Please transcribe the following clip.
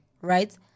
Right